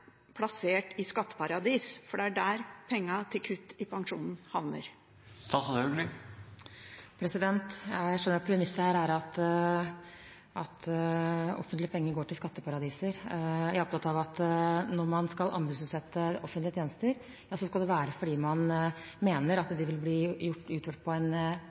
plassert i skatteparadiser? Det er der pengene til kutt i pensjonen havner. Jeg skjønner at premisset her er at offentlige penger går til skatteparadiser. Jeg er opptatt av at når man skal anbudsutsette offentlige tjenester, skal det være fordi man mener at de vil bli utført på en